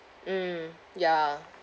mm ya